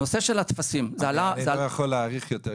אני לא יכול להאריך יותר,